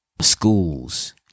schools